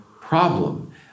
problem